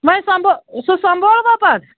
ونۍ سۄمب سُہ سمبولوا پتہٕ